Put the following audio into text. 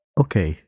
okay